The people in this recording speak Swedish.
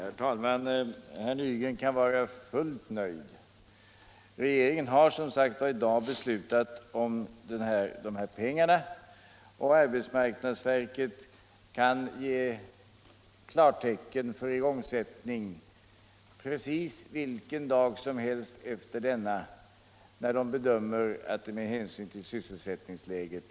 Herr talman! Herr Nygren kan vara fullt nöjd. Regeringen har, som sagt, i dag beslutat om de här pengarna. Arbetsmarknadsverket kan ge klartecken för igångsättning precis vilken dag som helst efter denna, när verket bedömer att det behövs med hänsyn till sysselsättningsläget.